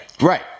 Right